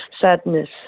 sadness